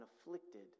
afflicted